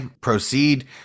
proceed